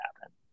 happen